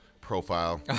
profile